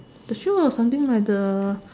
the shoe or something like the